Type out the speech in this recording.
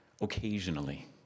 occasionally